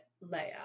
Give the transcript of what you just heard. layout